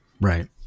right